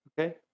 Okay